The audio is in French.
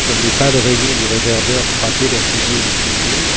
comme les pâles rayons du réverbère frappaient la figure du curieux